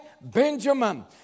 Benjamin